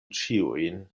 ĉiujn